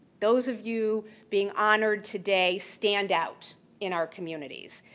those of you being honored today stand out in our communities.